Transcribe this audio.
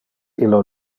illo